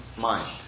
mind